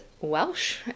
Welsh